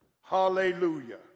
Hallelujah